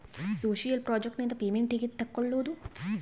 Social project ನಿಂದ payment ಹೆಂಗೆ ತಕ್ಕೊಳ್ಳದು?